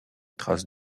traces